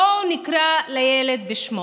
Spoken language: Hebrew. בואו נקרא לילד בשמו: